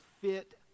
fit